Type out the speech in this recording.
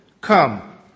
Come